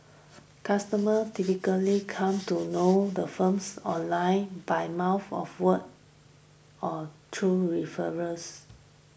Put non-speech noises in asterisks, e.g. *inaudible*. *noise* customers typically come to know the firms online by mouth of what or through referrals